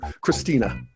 Christina